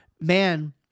man